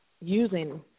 using